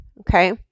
Okay